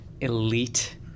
elite